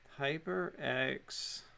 HyperX